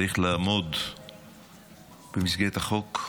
צריך לעמוד במסגרת החוק,